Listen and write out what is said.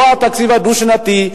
לא התקציב הדו-שנתי,